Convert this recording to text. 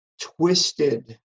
twisted